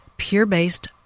peer-based